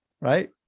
right